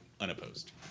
unopposed